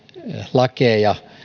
lakeja